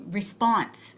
response